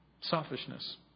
Selfishness